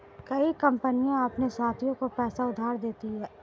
कई कंपनियां अपने साथियों को पैसा उधार देती हैं